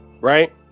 right